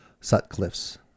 Sutcliffe's